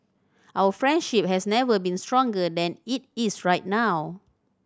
our friendship has never been stronger than it is right now